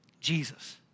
Jesus